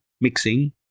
mixing